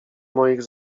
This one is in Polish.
moich